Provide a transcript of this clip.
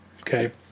okay